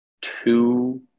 two